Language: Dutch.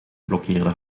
blokkeerde